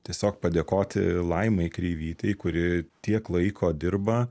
tiesiog padėkoti laimai kreivytei kuri tiek laiko dirba